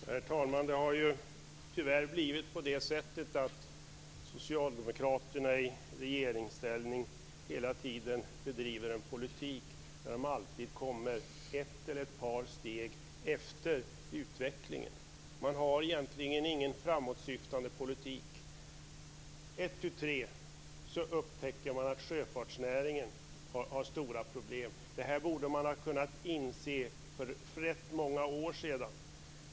Herr talman! Det har tyvärr blivit på det sättet att Socialdemokraterna i regeringsställning hela tiden bedriver en politik där de alltid kommer ett eller ett par steg efter i utvecklingen. Man har egentligen ingen framåtsyftande politik. Ett, tu, tre upptäcker man att sjöfartsnäringen har stora problem. Detta borde man ha kunnat inse för rätt många år sedan.